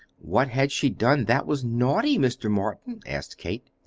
what had she done that was naughty, mr. morton? asked kate.